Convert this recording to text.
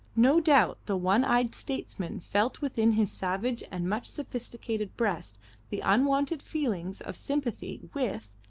no doubt the one-eyed statesman felt within his savage and much sophisticated breast the unwonted feelings of sympathy with,